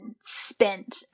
spent